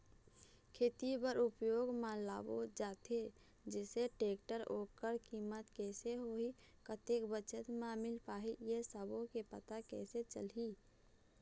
खेती बर उपयोग मा लाबो जाथे जैसे टेक्टर ओकर कीमत कैसे होही कतेक बचत मा मिल पाही ये सब्बो के पता कैसे चलही?